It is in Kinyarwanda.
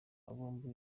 bombi